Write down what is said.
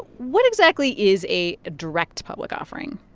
what exactly is a direct public offering?